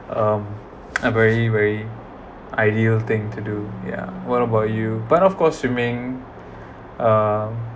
um a very very ideal thing to do ya what about you but of course swimming um